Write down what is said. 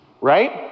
right